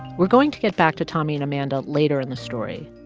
we're going to get back to tommy and amanda later in the story,